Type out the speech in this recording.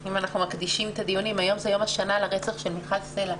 אם אנחנו מקדישים את הדיונים היום זה יום השנה לרצח של מיכל סלע,